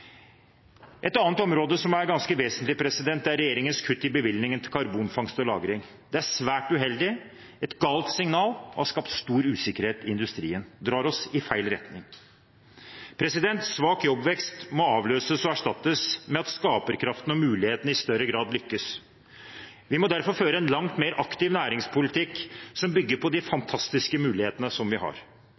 Et annet område som er ganske vesentlig, er regjeringens kutt i bevilgningen til karbonfangst og -lagring. Det er svært uheldig, et galt signal, har skapt stor usikkerhet i industrien og drar oss i feil retning. Svak jobbvekst må avløses og erstattes med at skaperkraften og mulighetene i større grad lykkes. Vi må derfor føre en langt mer aktiv næringspolitikk som bygger på de fantastiske mulighetene som vi har.